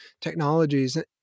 technologies